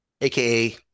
AKA